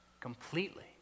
Completely